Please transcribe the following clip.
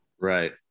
Right